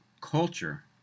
culture